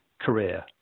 career